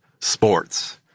sports